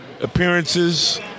appearances